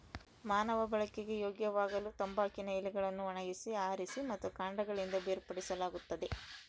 ಮಾನವ ಬಳಕೆಗೆ ಯೋಗ್ಯವಾಗಲುತಂಬಾಕಿನ ಎಲೆಗಳನ್ನು ಒಣಗಿಸಿ ಆರಿಸಿ ಮತ್ತು ಕಾಂಡಗಳಿಂದ ಬೇರ್ಪಡಿಸಲಾಗುತ್ತದೆ